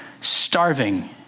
Starving